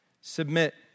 Submit